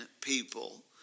people